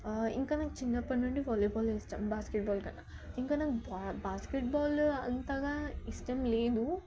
ఇంకా నాకు చిన్నప్పటి నుండి వాలీబాలే ఇష్టం బాస్కెట్బాల్ కన్నా ఇంకా నాకు బా బాస్కెట్బాలు అంతగా ఇష్టం లేదు